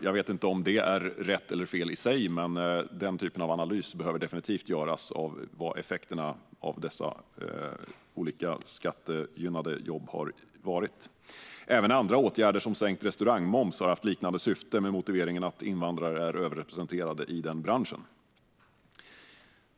Jag vet inte om det är rätt eller fel i sig, men den typen av analys behöver definitivt göras - alltså vad effekterna av dessa olika skattegynnade jobb har varit. Även andra åtgärder, till exempel sänkt restaurangmoms, har haft liknande syfte, med motiveringen att invandrare är överrepresenterade i den branschen.